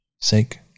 sake